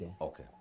okay